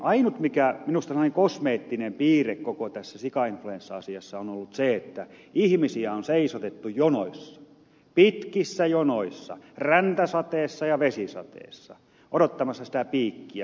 ainut minusta semmoinen kosmeettinen piirre koko tässä sikainfluenssa asiassa on ollut se että ihmisiä on seisotettu jonoissa pitkissä jonoissa räntäsateessa ja vesisateessa odottamassa sitä piikkiä monta tuntia